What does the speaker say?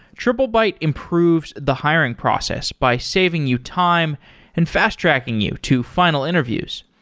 triplebyte improves the hiring process by saving you time and fast-tracking you to final interviews.